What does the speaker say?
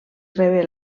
rebé